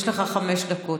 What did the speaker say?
יש לך חמש דקות.